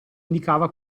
indicava